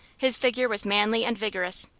his figure was manly and vigorous,